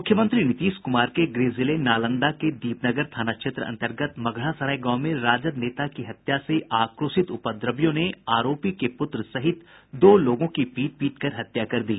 मुख्यमंत्री नीतीश कुमार के गृह जिले नालंदा के दीपनगर थाना क्षेत्र अंतर्गत मघड़ा सराय गांव में राजद नेता की हत्या से आक्रोशित उपद्रवियों ने हत्या आरोपी के पुत्र सहित दो लोगों की पीट पीटकर हत्या कर दी